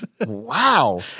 Wow